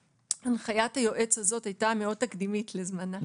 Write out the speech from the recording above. הנחיית היועץ הזו הייתה מאוד תקדימית לזמנה,